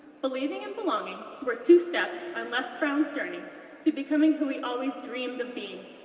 believing and belonging were two steps on les brown's journey to becoming who he always dreamed of being.